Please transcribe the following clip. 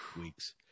weeks